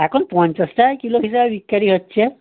এখন পঞ্চাশ টাকা কিলো হিসাবে বিক্রি হচ্ছে